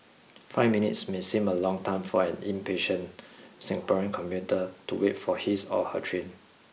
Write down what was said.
five minutes may seem a long time for an impatient Singaporean commuter to wait for his or her train